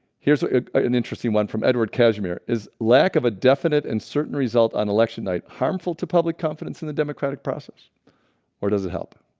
here's an interesting one from edward cashmere is lack of a definite and certain result on election night harmful to public confidence in the democratic process or does it help?